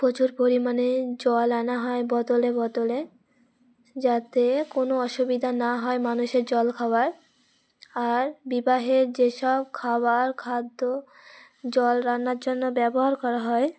প্রচুর পরিমাণে জল আনা হয় বোতলে বোতলে যাতে কোনো অসুবিধা না হয় মানুষের জল খাওয়ার আর বিবাহের যেসব খাবার খাদ্য জল রান্নার জন্য ব্যবহার করা হয়